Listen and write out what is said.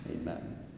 Amen